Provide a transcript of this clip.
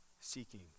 seeking